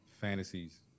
fantasies